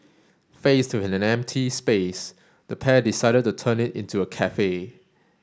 faced with an empty space the pair decided to turn it into a cafe